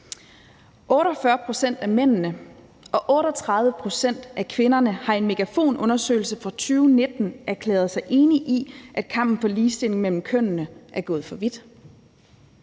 48 pct. af mændene og 38 pct. af kvinderne har i en undersøgelse fra MEGAFON fra 2019 erklæret sig enige i, at kampen for ligestilling mellem kønnene er gået for vidt.